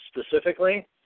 specifically